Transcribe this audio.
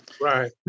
Right